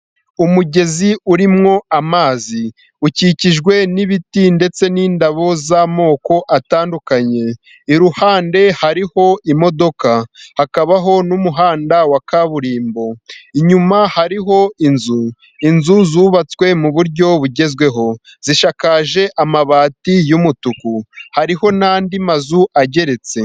Umugezi urimwo amazi. Ukikijwe n'ibiti ndetse n'indabo z'amoko atandukanye. Iruhande hariho imodoka. Hakabaho n'umuhanda wa kaburimbo. Inyuma hariho inzu. Inzu zubatswe mu buryo bugezweho. Zishakakajwe amabati y'umutuku. Hariho n'andi mazu ageretse.